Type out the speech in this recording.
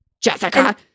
Jessica